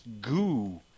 goo